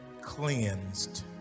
cleansed